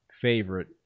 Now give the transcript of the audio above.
favorite